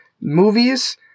movies